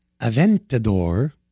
Aventador